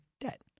debt